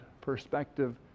perspective